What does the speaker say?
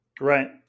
Right